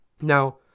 Now